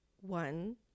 one